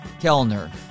Kellner